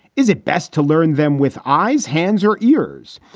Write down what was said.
is it best to learn them with eyes, hands or ears?